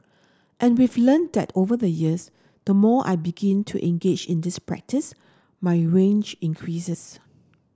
and we've learnt that over the years the more I begin to engage in this practice my range increases